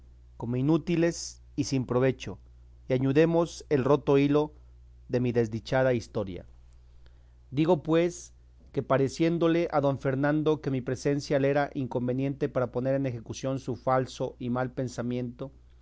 como inútiles y sin provecho y añudemos el roto hilo de mi desdichada historia digo pues que pareciéndole a don fernando que mi presencia le era inconveniente para poner en ejecución su falso y mal pensamiento